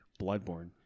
Bloodborne